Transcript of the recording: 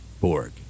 Borg